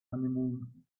honeymoon